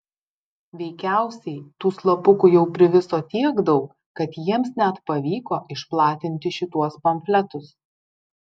veikiausiai tų slapukų jau priviso tiek daug kad jiems net pavyko išplatinti šituos pamfletus